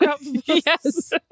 Yes